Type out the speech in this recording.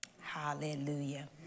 Hallelujah